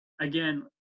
again